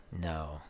no